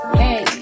hey